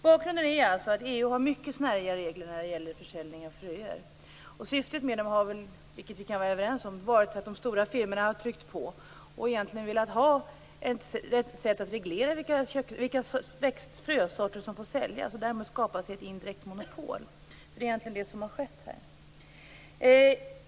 Bakgrunden är att EU har mycket snåriga regler när det gäller försäljning av fröer. Syftet med dem har väl, vilket vi kan vara överens om, varit att de stora firmorna har tryckt på och egentligen velat ha ett sätt att reglera vilka försorter som får säljas. Därmed har man skapat sig ett indirekt monopol. Det är egentligen det som har skett.